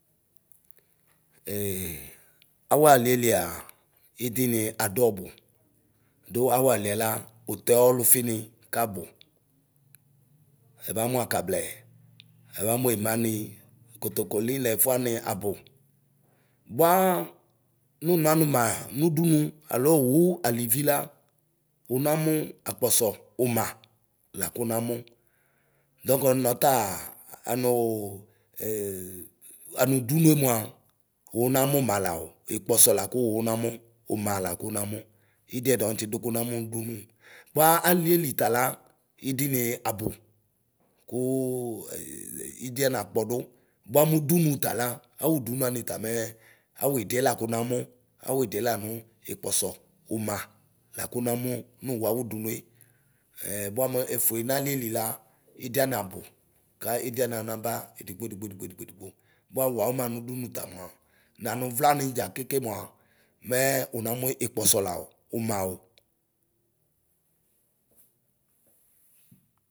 awualie lia idi ni adu ɔbɔ. Du awualiɛla utɛ ɔlufini: ɛbanu akablɛ, ɛbamuema ni, kotokoli nɛfuani abu. Buaa nunɔ anuma nudunu alo wu alivila. una mu akpɔsɔ una la kunamu, dɔŋka nɔtaa anuu ee anudunue mua una muma lao akpɔsɔ la kuwunamu, uma la ku wu unamu; ididiɔni tsidu ku unamu nudu nu, buaa alieli tala idinii abu kuu ee idiɛni akpɔdu. Bua mudu nu tala, awudunu ani ta mɛɛ awidiɛ laku unamu, awidiɛ la nu akpɔsɔ, uma lakuna mu mu wu awudu nue. Ɛɛ bua mu efue nalieli la, idiani abu ka idiani anaba edigbi edigbi edigbi, bua EU awuma mudunu tamua, nanuvla nidʒa kake mua mɛɛ unama akpɔsɔ Lao umao.